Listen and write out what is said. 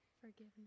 forgiveness